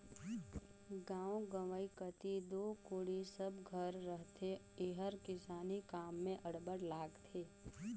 गाँव गंवई कती दो कोड़ी सब घर रहथे एहर किसानी काम मे अब्बड़ लागथे